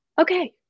Okay